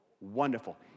wonderful